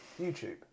YouTube